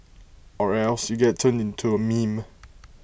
or else you get turned into A meme